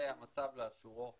זה המצב לאשורו